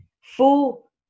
full